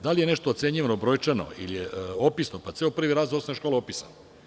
Da li je nešto ocenjivano brojčano ili je opisno, pa je ceo prvi razred Osnovne škole opisan.